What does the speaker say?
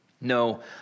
No